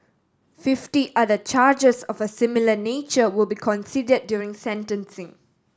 fifty other charges of a similar nature will be considered during sentencing